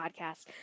podcast